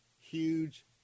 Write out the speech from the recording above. huge